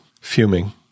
fuming